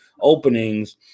openings